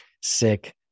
sick